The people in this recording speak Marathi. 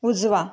उजवा